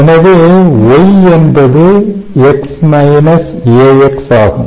எனவே Y என்பது X AX ஆகும்